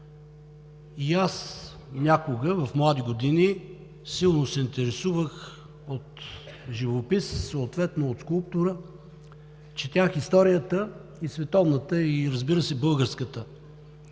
и аз някога, в млади години, силно се интересувах от живопис, съответно от скулптура, четях историята – и световната, разбира се, и българската